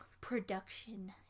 production